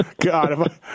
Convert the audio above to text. God